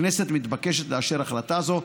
הכנסת מתבקשת לאשר החלטה זו.